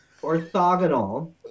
orthogonal